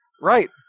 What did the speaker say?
Right